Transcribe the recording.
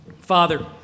Father